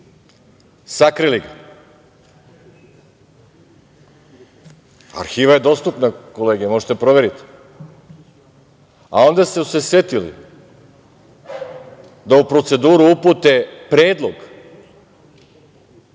Sakrili ga. Arhiva je dostupna, kolege, možete da proverite, a onda su se setili da u proceduru upute predlog,